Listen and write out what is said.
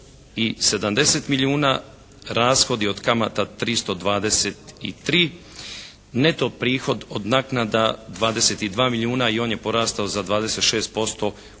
770 milijuna, rashodi od kamata 323, neto prihod od naknada 22 milijuna i on je porastao za 26% u odnosu